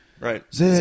right